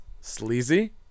sleazy